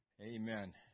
Amen